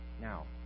Now